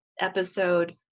episode